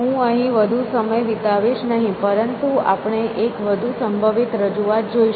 હું અહીં વધુ સમય વિતાવીશ નહીં પરંતુ આપણે એક વધુ સંભવિત રજૂઆત જોઈશું